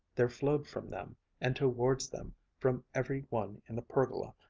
there flowed from them and towards them from every one in the pergola,